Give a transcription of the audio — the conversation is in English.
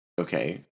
okay